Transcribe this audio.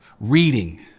reading